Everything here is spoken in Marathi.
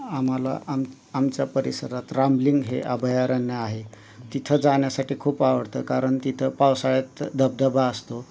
आम्हाला आम आमच्या परिसरात रामलिंग हे अभयारण्य आहे तिथं जाण्यासाठी खूप आवडतं कारण तिथं पावसाळ्यात धबधबा असतो